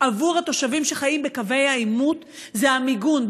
עבור התושבים שחיים בקווי העימות זה המיגון,